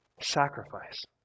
sacrifice